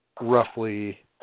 roughly